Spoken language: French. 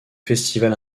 festival